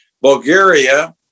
Bulgaria